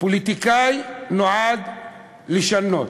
פוליטיקאי נועד לשנות,